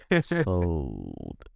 Sold